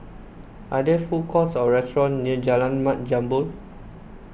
are there food courts or restaurants near Jalan Mat Jambol